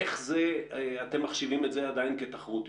איך זה שאתם מחשיבים את זה עדיין כתחרותי?